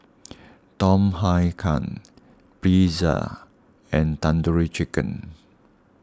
Tom Kha Gai Pretzel and Tandoori Chicken